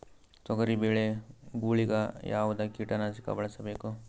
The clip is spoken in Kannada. ತೊಗರಿಬೇಳೆ ಗೊಳಿಗ ಯಾವದ ಕೀಟನಾಶಕ ಬಳಸಬೇಕು?